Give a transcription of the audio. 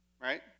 right